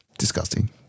Disgusting